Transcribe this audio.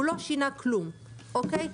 הוא לא שינה כלום, אוקיי?